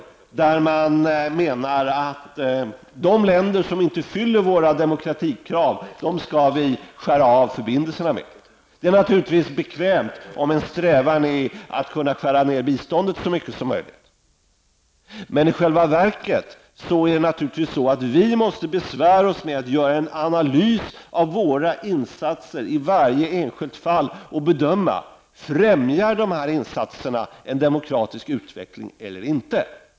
Moderaterna menar att vi skall skära av förbindelserna med de länder som inte uppfyller våra krav på demokrati. Detta är naturligtvis en bekväm hållning, om ens strävan är att skära ner biståndet så mycket som möjligt. I själva verket måste vi besvära oss med att göra en analys av våra insatser i varje enskilt fall och bedöma huruvida dessa insatser främjar en demokratisk utveckling eller inte.